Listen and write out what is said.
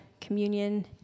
communion